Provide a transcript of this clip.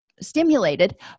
stimulated